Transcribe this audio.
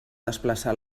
desplaçar